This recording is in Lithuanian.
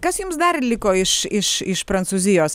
kas jums dar liko iš iš iš prancūzijos